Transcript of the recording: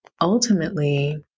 ultimately